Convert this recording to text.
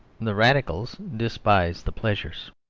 the radicals despise the pleasures.